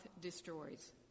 destroys